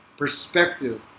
perspective